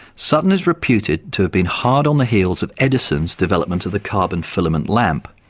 sutton is reputed to have been hard on the heels of edison's development of the carbon filament lamp,